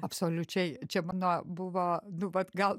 absoliučiai čia mano buvo nu vat gal